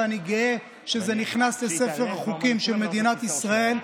ואני גאה שזה נכנס לספר החוקים של מדינת ישראל.